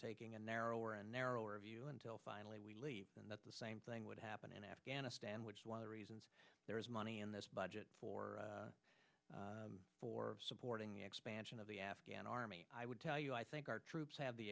taking a narrower and narrower view until finally we leave and that's the same thing would happen in afghanistan which is one of the reasons there is money in this budget for for supporting expansion of the afghan army i would tell you i think our troops have the